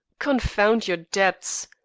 confound your debts.